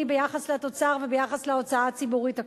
ביחס לתוצר וביחס להוצאה הציבורית הכוללת.